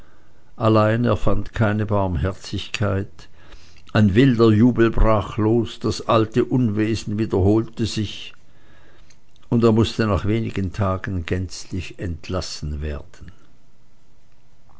allein er fand keine barmherzigkeit ein wilder jubel brach los das alte unwesen wiederholte sich und er mußte nach wenigen tagen gänzlich entlassen werden